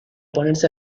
ponerse